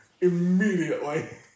immediately